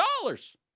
dollars